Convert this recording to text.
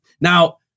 Now